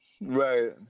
Right